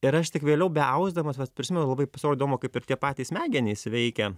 ir aš tik vėliau beausdamas vat prisimenu labai įdomu kaip ir tie patys smegenys veikia